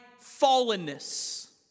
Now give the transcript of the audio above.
fallenness